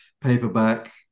paperback